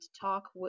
talk